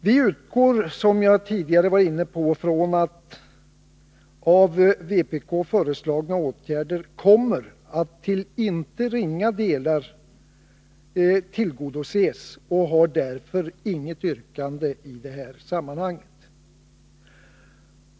Vi utgår från, som jag tidigare varit inne på, att av vpk föreslagna åtgärder till inte ringa delar kommer att tillgodoses och har därför inget yrkande i detta sammanhang.